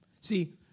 See